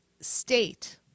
state